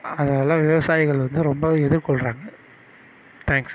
அதனால விவசாயிகள் வந்து ரொம்ப எதிர்கொள்றாங்க தேங்க்ஸ்